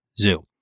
zoo